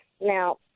Now